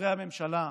חברי הממשלה,